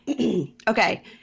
Okay